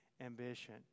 ambition